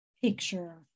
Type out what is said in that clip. picture